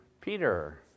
peter